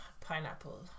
pineapple